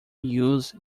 use